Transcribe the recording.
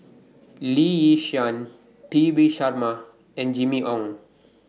Lee Yi Shyan P V Sharma and Jimmy Ong